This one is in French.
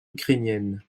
ukrainienne